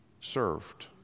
served